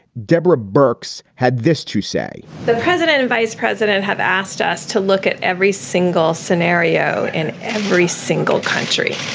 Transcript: deborah burks had this to say the president and vice president have asked us to look at every single scenario and every single country,